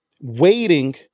Waiting